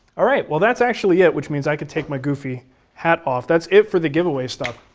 all right, well that's actually it, which means i could take my goofy hat off. that's it for the giveaway stuff.